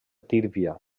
tírvia